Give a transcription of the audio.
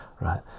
right